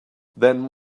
then